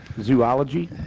Zoology